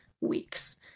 weeks